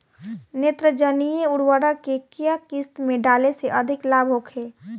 नेत्रजनीय उर्वरक के केय किस्त में डाले से अधिक लाभ होखे?